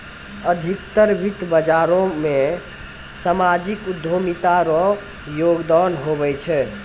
अधिकतर वित्त बाजारो मे सामाजिक उद्यमिता रो योगदान हुवै छै